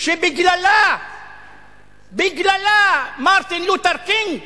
שבגללה מרטין לותר קינג